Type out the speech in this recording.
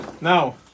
Now